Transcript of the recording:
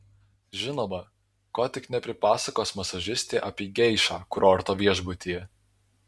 žinoma ko tik nepripasakos masažistė apie geišą kurorto viešbutyje